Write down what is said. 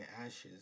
ashes